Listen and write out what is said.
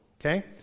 okay